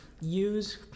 use